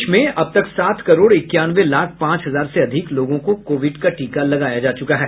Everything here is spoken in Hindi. देश में अब तक सात करोड़ इक्यानवे लाख पांच हजार से अधिक लोगों को कोविड का टीका लगाया जा चुका है